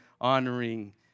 honoring